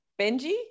Benji